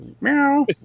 Meow